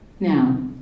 Now